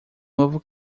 novo